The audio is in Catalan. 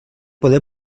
poder